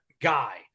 guy